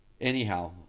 anyhow